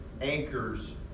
anchors